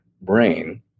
brain